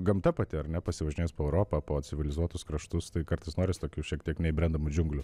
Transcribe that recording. gamta pati ar ne pasivažinėjus po europą po civilizuotus kraštus tai kartais noris tokius šiek tiek neįbrendamų džiunglių